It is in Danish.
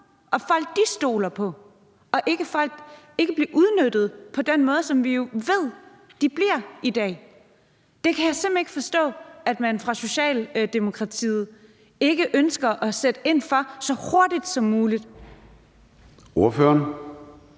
og folk, de stoler på, og ikke blive udnyttet på den måde, som vi jo ved at de bliver i dag. Det kan jeg simpelt hen ikke forstå at man fra Socialdemokratiets side ikke ønsker at sætte ind for så hurtigt som muligt. Kl.